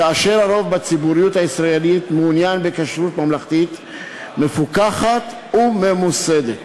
כאשר הרוב בציבוריות הישראלית מעוניין בכשרות ממלכתית מפוקחת וממוסדת.